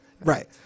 Right